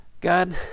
God